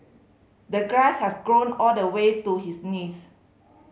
the grass have grown all the way to his knees